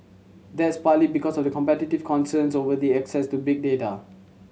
that's partly because of competitive concerns over the access to big data